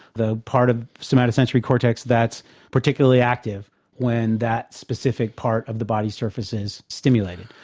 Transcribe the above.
the part of somatosensory cortex that's particularly active when that specific part of the body surface is stimulated,